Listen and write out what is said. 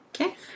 Okay